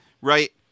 right